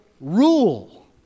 rule